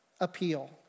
appeal